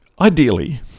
Ideally